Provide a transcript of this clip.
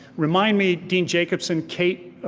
remind me, dean jacobsen, kate,